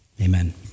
amen